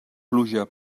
pluja